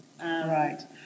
Right